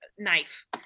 knife